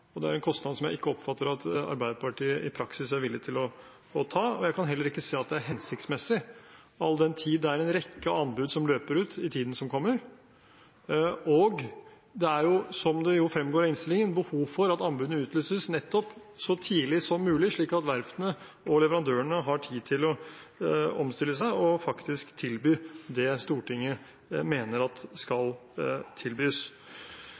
og det er en kostnad som jeg ikke oppfatter at Arbeiderpartiet i praksis er villig til å ta. Jeg kan heller ikke se at det er hensiktsmessig, all den tid det er en rekke anbud som løper ut i tiden som kommer. Og det er, som det jo fremgår av innstillingen, behov for at anbudene utlyses nettopp så tidlig som mulig, slik at verftene og leverandørene har tid til å omstille seg og faktisk tilby det Stortinget mener skal tilbys.